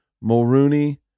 mulrooney